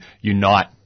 unite